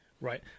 Right